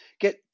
get